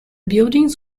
buildings